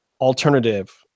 alternative